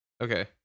Okay